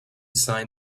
sign